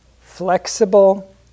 flexible